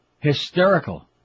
Hysterical